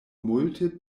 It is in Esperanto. multe